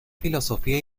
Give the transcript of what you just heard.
filosofía